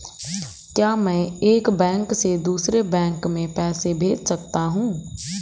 क्या मैं एक बैंक से दूसरे बैंक में पैसे भेज सकता हूँ?